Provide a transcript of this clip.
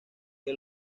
que